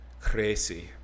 Crazy